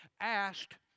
asked